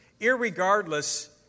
irregardless